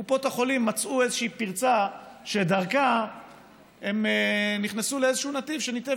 קופות החולים מצאו איזושהי פרצה שדרכה הן נכנסו לאיזשהו נתיב שניתב